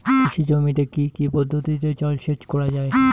কৃষি জমিতে কি কি পদ্ধতিতে জলসেচ করা য়ায়?